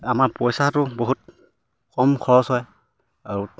আমাৰ পইচাটো বহুত কম খৰচ হয় আৰু